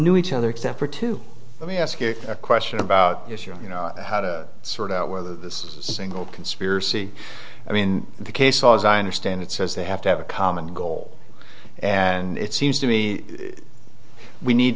knew each other except for two let me ask you a question about you know how to sort out whether this is a single conspiracy i mean the case or as i understand it says they have to have a common goal and it seems to me we need